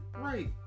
Right